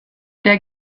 der